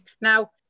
now